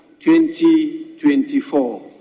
2024